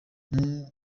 buri